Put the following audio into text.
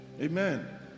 Amen